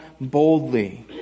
boldly